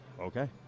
okay